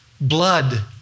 blood